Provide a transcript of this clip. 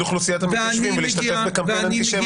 אוכלוסיית המתיישבים ולהשתתף בקמפיין אנטישמי נגדם.